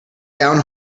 down